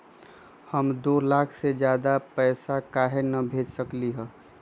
हम दो लाख से ज्यादा पैसा काहे न भेज सकली ह?